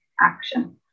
action